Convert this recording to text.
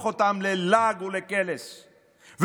ולהפוך אותם ללעג ולקלס,